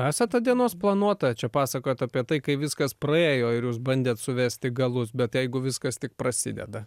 esate dienos planuotoja čia pasakojot apie tai kaip viskas praėjo ir jūs bandėt suvesti galus bet jeigu viskas tik prasideda